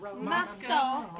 Moscow